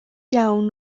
iawn